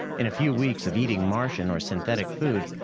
in a few weeks of eating martian or synthetic food,